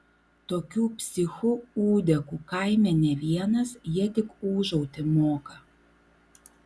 tokių psichų ūdekų kaime ne vienas jie tik ūžauti moka